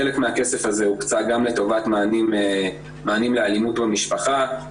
חלק מהכסף הזה הוקצה גם לטובת מענים לאלימות במשפחה,